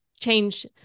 change